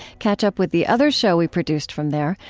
catch up with the other show we produced from there,